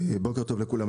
בוקר טוב לכולם.